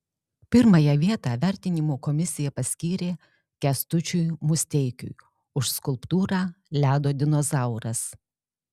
pirmąją vietą vertinimo komisija paskyrė kęstučiui musteikiui už skulptūrą ledo dinozauras